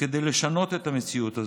כדי לשנות את המציאות הזאת.